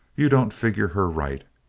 you don't figure her right.